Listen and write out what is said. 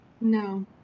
No